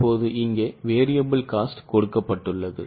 இப்போது இங்கே variable cost கொடுக்கப்பட்டுள்ளது